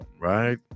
right